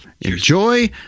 Enjoy